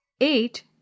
eight